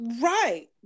Right